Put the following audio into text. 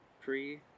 Pre